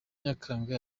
nyakanga